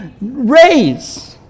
raise